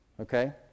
Okay